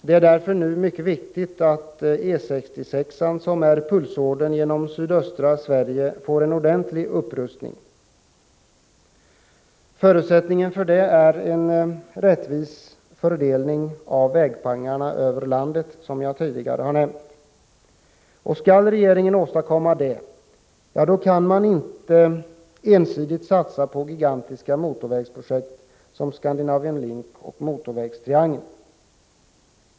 Det är därför nu mycket viktigt att E 66, som är pulsådern i sydöstra Sverige, rustas upp ordentligt. Förutsättningen för det är, som jag tidigare har nämnt, en över landet rättvis fördelning av pengarna till vägar. Skall regeringen åstadkomma det, kan man inte ensidigt satsa på gigantiska motorvägsprojekt som Scandinavian Link och motorvägstriangeln.